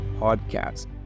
Podcast